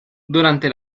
durante